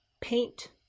paint